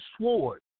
sword